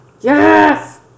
Yes